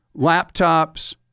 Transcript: laptops